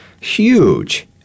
huge